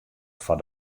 foar